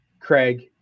Craig